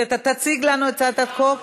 תציג לנו את הצעת החוק